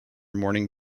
morning